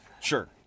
Sure